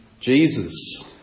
Jesus